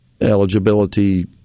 eligibility